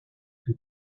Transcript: can